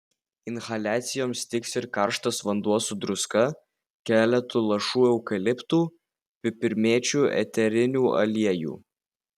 inhaliacijoms tiks ir karštas vanduo su druska keletu lašų eukaliptų pipirmėčių eterinių aliejų